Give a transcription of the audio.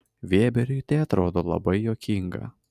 vėberiui tai atrodo labai juokinga